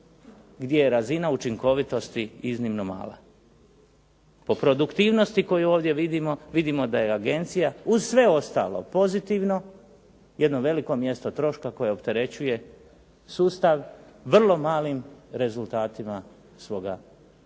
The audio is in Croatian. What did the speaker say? gdje je razina učinkovitosti iznimno mala. Po produktivnosti koju ovdje vidimo, vidimo da je agencija uz sve ostalo pozitivno jedno veliko mjesto troška koje opterećuje sustav vrlo malim rezultatima svoga djelovanja.